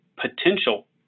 potential